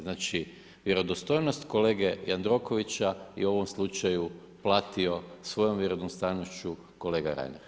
Znači vjerodostojnost kolege Jandrokovića je u ovom slučaju platio svojom vjerodostojnošću kolega Reiner.